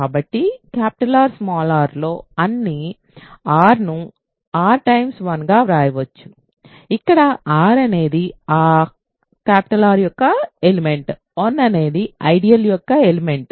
కాబట్టి R rలోని అన్ని r ను r 1గా వ్రాయవచ్చు ఇక్కడ r అనేది R యొక్క ఎలిమెంట్ 1 అనేది ఐడియల్ I యొక్క ఎలిమెంట్